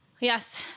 yes